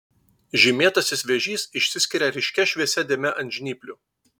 žymėtasis vėžys išsiskiria ryškia šviesia dėme ant žnyplių